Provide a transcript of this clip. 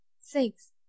Six